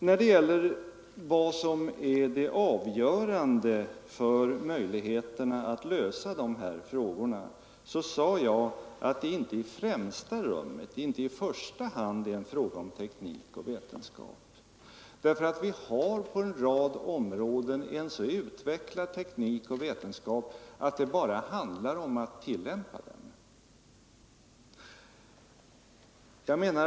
När det gäller vad som är det avgörande för möjligheterna att lösa dessa problem sade jag att det inte i främsta rummet eller i första hand är en fråga om teknik och vetenskap. Vi har på en rad områden en så utvecklad teknik och en så framstående vetenskap att det bara handlar om att tillämpa kunskaperna.